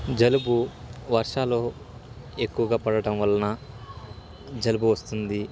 జలుబు వర్షాలు ఎక్కువగా పడటం వలన జలుబు వస్తుంది